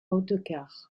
autocar